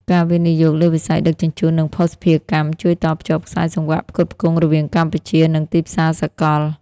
ការវិនិយោគលើវិស័យដឹកជញ្ជូន និងភស្តុភារកម្ម ជួយតភ្ជាប់ខ្សែសង្វាក់ផ្គត់ផ្គង់រវាងកម្ពុជា និងទីផ្សារសកល។